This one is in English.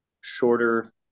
shorter